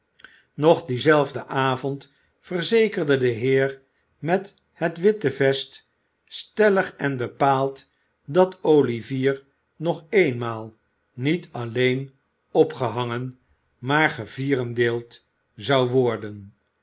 nog dien zelfden avond verzekerde de heer met het witte vest stellig en bepaald dat olivier nog eenmaal niet alleen opgehangen maar ge vierendeeld zou worden